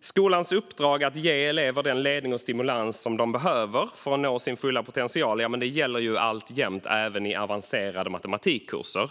Skolans uppdrag att ge elever den ledning och stimulans de behöver för att nå sin fulla potential gäller alltjämt, även i avancerade matematikkurser.